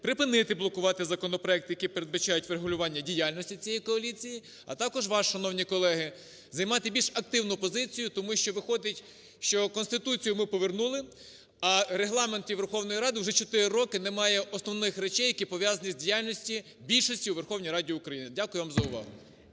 припинити блокувати законопроекти, які передбачають врегулювання діяльності цієї коаліції, а також вас, шановні колеги, займати більш активну позицію, тому що виходить, що Конституцію ми повернули, а в Регламенті Верховної Ради вже чотири роки немає основних речей, які пов'язані з діяльністю більшості у Верховній Раді України. Дякую вам за увагу.